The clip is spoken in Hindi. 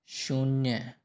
शून्य